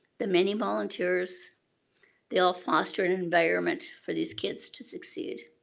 the many volunteers they all foster an environment for these kids to succeed.